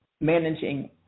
Managing